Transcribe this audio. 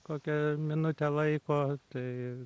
kokią minutę laiko tai